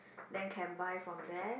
then can buy from there